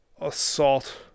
assault